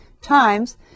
times